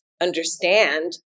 understand